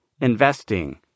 investing